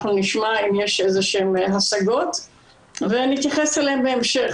אנחנו נשמע אם יש השגות ונתייחס אליהן בהמשך.